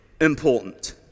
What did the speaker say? important